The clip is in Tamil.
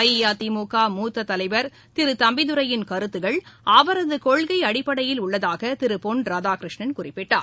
அஇஅதிமுக மூத்ததலைவர் திருதம்பிதுரையின் கருத்துக்கள் அவரதுகொள்கைஅடிப்படையில் உள்ளதாகதிருபொன் ராதாகிருஷ்ணன் குறிப்பிட்டார்